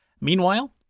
Meanwhile